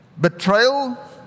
betrayal